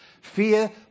Fear